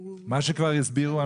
שמענו מה שכבר הסבירו.